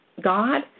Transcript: God